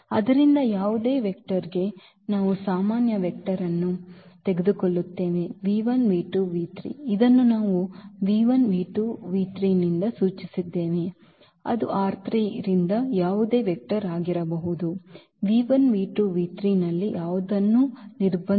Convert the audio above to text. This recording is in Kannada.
ಆದ್ದರಿಂದ ಯಾವುದೇ ವೆಕ್ಟರ್ಗೆ ನಾವು ಸಾಮಾನ್ಯ ವೆಕ್ಟರ್ ಅನ್ನು ತೆಗೆದುಕೊಳ್ಳುತ್ತೇವೆ ಇದನ್ನು ನಾವು ನಿಂದ ಸೂಚಿಸಿದ್ದೇವೆ ಅದು ರಿಂದ ಯಾವುದೇ ವೆಕ್ಟರ್ ಆಗಿರಬಹುದು ನಲ್ಲಿ ಯಾವುದನ್ನೂ ನಿರ್ಬಂಧಿಸುವುದಿಲ್ಲ